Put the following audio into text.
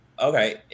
okay